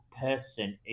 person